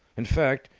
in fact,